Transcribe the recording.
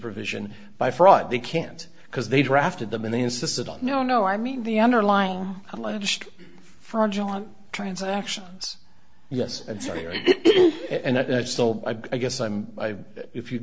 provision by fraud they can't because they drafted them and they insisted on no no i mean the underlying alleged frontalot transactions yes and so you're still i guess i'm if you